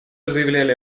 заявляли